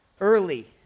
early